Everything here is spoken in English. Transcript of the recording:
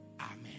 Amen